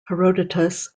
herodotus